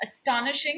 astonishing